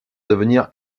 devenir